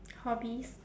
hobbies